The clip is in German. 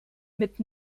mit